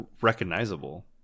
recognizable